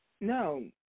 No